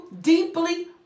deeply